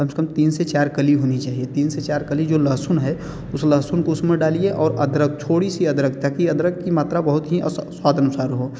कम से कम तीन से चार कली होनी चहिए तीन से चार कली जो लहसुन है उस लहसुन को उसमें डालिए और अदरक थोड़ी सी अदरक ताकि अदरक की मात्रा बहुत ही स्वाद अनुसार हो